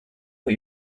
put